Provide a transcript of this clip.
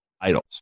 idols